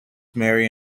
mary